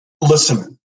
listen